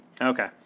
Okay